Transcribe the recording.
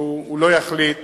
שהוא לא יחליט